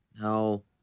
No